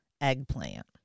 eggplant